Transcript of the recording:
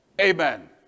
Amen